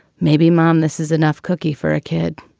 maybe, mom, this is enough cookie for a kid